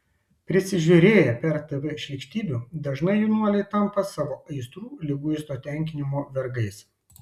prisižiūrėję per tv šlykštybių dažnai jaunuoliai tampa savo aistrų liguisto tenkinimo vergais